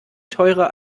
teurer